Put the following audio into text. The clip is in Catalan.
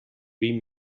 vint